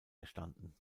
erstanden